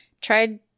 tried